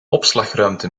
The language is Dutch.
opslagruimte